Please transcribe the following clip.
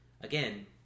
Again